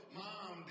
mom